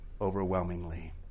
overwhelmingly